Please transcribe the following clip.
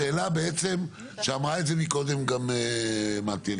השאלה בעצם שאמרה את זה גם קודם מטי אני